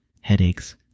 headaches